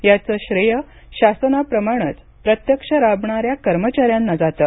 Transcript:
याचं श्रेय शासनाप्रमाणेच प्रत्यक्ष राबणाऱ्या कर्मचाऱ्यांना जातं